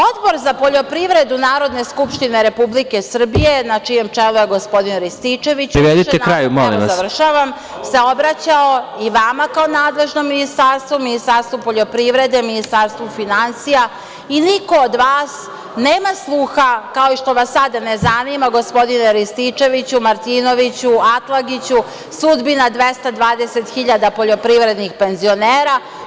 Odbor za poljoprivredu Narodne skupštine Republike Srbije, na čijem čelu je gospodin Rističević… (Predsedavajući: Privedite kraju, molim vas.) …završavam, se obraćao i vama kao nadležnom ministarstvu, Ministarstvu poljoprivede, Ministarstvu finansija i niko od vas nema sluha, kao što vas sada ne zanima, gospodine Rističeviću, Martinoviću, Atlagiću, sudbina 220 hiljada poljoprivrednih penzionera.